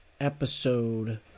Episode